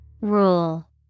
Rule